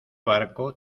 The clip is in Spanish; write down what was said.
barco